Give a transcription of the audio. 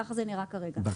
ככה זה נראה כרגע.